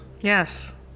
Yes